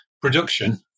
production